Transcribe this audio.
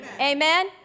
Amen